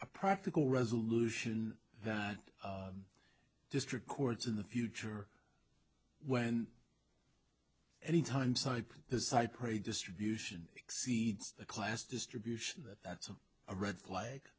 a practical resolution that district courts in the future when anytime side to side prey distribution exceeds the class distribution that's a red flag